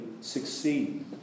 succeed